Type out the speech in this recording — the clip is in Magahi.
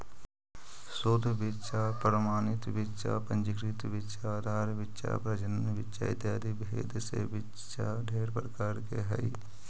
शुद्ध बीच्चा प्रमाणित बीच्चा पंजीकृत बीच्चा आधार बीच्चा प्रजनन बीच्चा इत्यादि भेद से बीच्चा ढेर प्रकार के हई